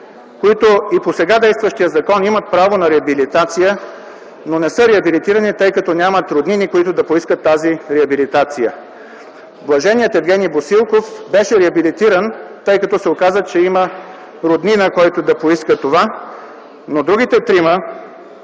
които и по сега действащия закон имат право на реабилитация, но не са реабилитирани, тъй като нямат роднини, които да поискат тази реабилитация. Блаженият Евгений Босилков беше реабилитиран, тъй като се оказа, че има роднина, който да поиска това, но другите трима